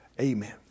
amen